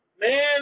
Man